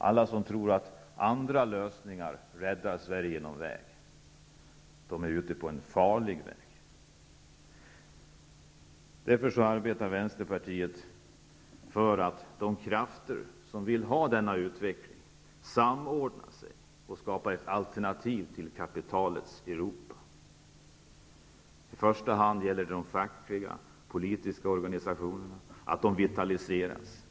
Alla som tror att andra lösningar räddar Sverige är ute på en farlig väg. Vänsterpartiet arbetar därför för att de krafter som vill ha denna utveckling skall samordna sig och skapa ett alternativ till kapitalets Europa. Det gäller i första hand att de fackliga och de politiska organisationerna vitaliseras.